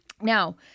Now